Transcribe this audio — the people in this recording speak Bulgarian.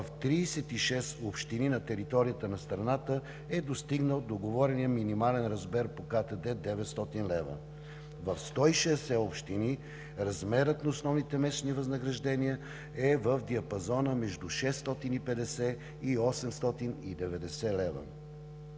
в 36 общини на територията на страната е достигнал договорения минимален размер по КТД – 900 лв. В 106 общини размерът на основните месечни възнаграждения е в диапазона между 650 и 890 лв.